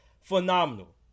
phenomenal